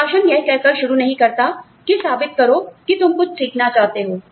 प्रशासन यह कहकर शुरू नहीं करता कि साबित करो साबित करो कि तुम कुछ सीखना चाहते हो